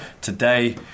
today